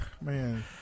Man